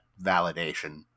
validation